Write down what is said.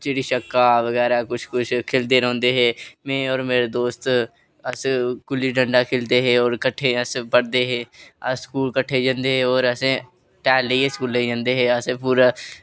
चिड़ी छिक्का बगैरा बगैरा कुछ कुछ खेल्लदे रौंहदे हे में होर मेरा दोस्त अस गुल्ली डंडा खेल्लदे हे होर कट्ठे अस पढ़दे हे अस स्कूल कट्ठे जंदे हे होर असें टायर लेइयै जंदे हे स्कूल पूरा